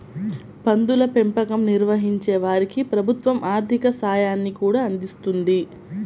పందుల పెంపకం నిర్వహించే వారికి ప్రభుత్వం ఆర్ధిక సాయాన్ని కూడా అందిస్తున్నది